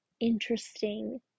interesting